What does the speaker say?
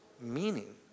meaning